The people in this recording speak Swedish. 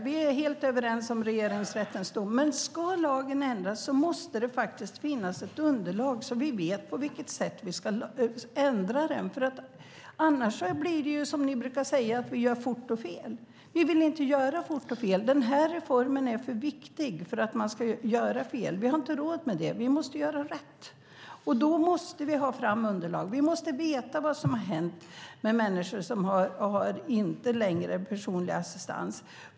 Vi är helt överens om Regeringsrättens dom, men ska lagen ändras måste det finnas ett underlag så att vi vet på vilket sätt vi ska ändra den. Annars blir det som ni brukar säga, att vi gör fort och fel. Vi vill inte göra fort och fel. Den här reformen är för viktig för att vi ska göra fel. Vi har inte råd med det. Vi måste göra rätt. Då måste vi ta fram underlag. Vi måste veta vad som har hänt med människor som inte längre har personlig assistans.